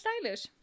stylish